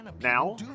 now